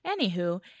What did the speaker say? Anywho